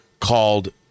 called